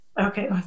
Okay